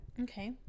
Okay